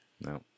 no